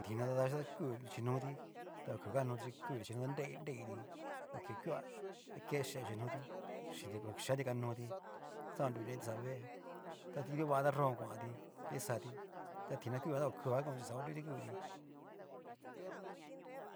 Tina ta vavaxhichi ta ku nruchinoti, oku kakanoti chi ku nruchinoti, nreiti por que kuá ke yee nruchinoti, oyenti oyengatti kokanoti, xaonruneti xá vée, ta na nruvati ta nron ón kuanti ta kixati ta tina kuujan ta okuga konti xa onruti kuuti.